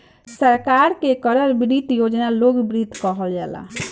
सरकार के करल वित्त योजना लोक वित्त कहल जाला